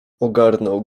ogarnął